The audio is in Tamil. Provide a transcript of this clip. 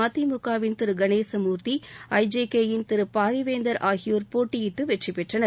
மதிமுகவின் திரு கணேசமூர்த்தி ஐஜேகே யின் திரு பாரிவேந்தர் ஆகியோர் போட்டியிட்டு வெற்றிபெற்றனர்